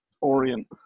Orient